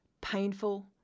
painful